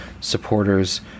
supporters